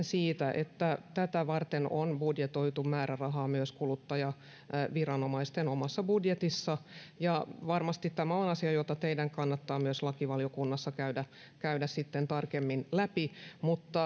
siitä että tätä varten on budjetoitu määrärahaa myös kuluttajaviranomaisten omassa budjetissa varmasti tämä on asia jota teidän kannattaa myös lakivaliokunnassa käydä käydä sitten tarkemmin läpi mutta